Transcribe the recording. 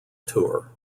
tour